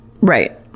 Right